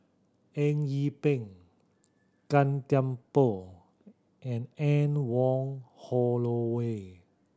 Eng Yee Peng Gan Thiam Poh and Anne Wong Holloway